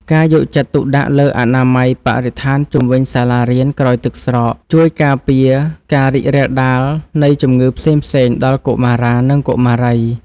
ការយកចិត្តទុកដាក់លើអនាម័យបរិស្ថានជុំវិញសាលារៀនក្រោយទឹកស្រក ជួយការពារការរីករាលដាលនៃជំងឺផ្សេងៗដល់កុមារានិងកុមារី។